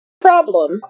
Problem